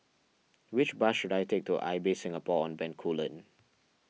which bus should I take to Ibis Singapore on Bencoolen